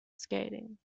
skating